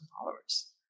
followers